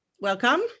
Welcome